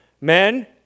Men